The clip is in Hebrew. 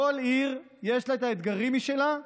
כל עיר, יש לה אתגרים משלה,